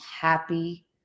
happy